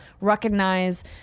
recognize